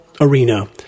arena